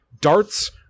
Darts